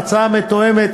ההצעה מתואמת,